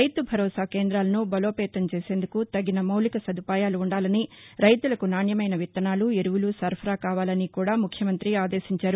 రైతు భరోజా కేంద్రాలను బలోపేతం చేసేందుకు తగిన మౌలిక సదుపాయాలు ఉండాలని రైతులకు నాణ్యమైన విత్తనాలు ఎరువులు సరఫరా కావాలని కూడా ముఖ్యమంత్రి ఆదేశించారు